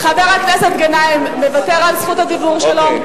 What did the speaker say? חבר הכנסת גנאים מוותר על זכות הדיבור שלו,